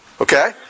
Okay